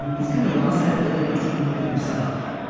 he's kind of lost that ability to even look at himself